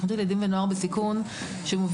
--- נוער בסיכון,